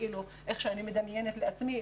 איך שאני מדמיינת לעצמי,